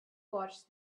watch